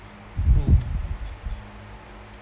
mm